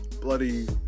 bloody